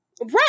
right